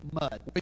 mud